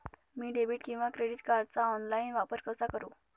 मी debit किंवा credit कार्डचा online वापर कसा करु?